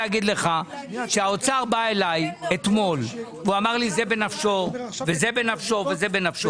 האוצר בא אליי אתמול ואמר לי: זה בנפשו וזה בנפשו.